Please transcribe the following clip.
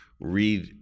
read